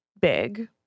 big